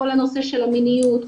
כל הנושא של המיניות,